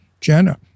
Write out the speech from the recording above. Jenna